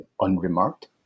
unremarked